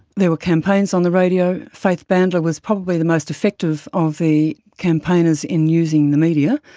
there were campaigners on the radio. faith bandler was probably the most effective of the campaigners in using the media.